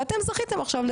ואתם זכיתם עכשיו,